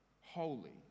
holy